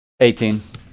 18